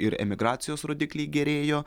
ir emigracijos rodikliai gerėjo